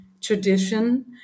tradition